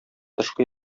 тышкы